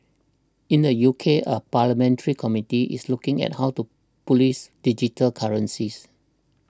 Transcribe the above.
in the U K a parliamentary committee is looking at how to police digital currencies